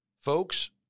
Folks